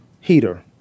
heater